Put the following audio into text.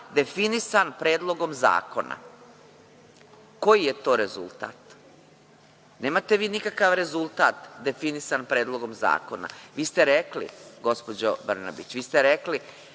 definisan Predlogom zakona. Koji je to rezultat? Nemate vi nikakav rezultat definisan Predlogom zakona. Vi ste rekli, gospođo Brnabić, da je to